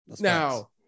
Now